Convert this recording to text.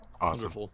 Awesome